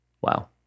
Wow